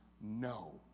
no